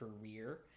career